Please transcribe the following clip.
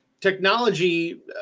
technology